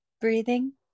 breathing